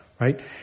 right